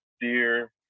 Dear